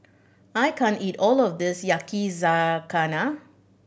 I can't eat all of this Yakizakana